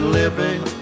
living